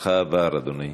זמנך עבר, אדוני.